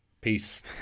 Peace